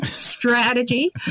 strategy